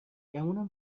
گمونم